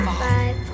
five